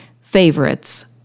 favorites